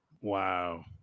Wow